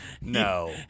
No